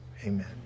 amen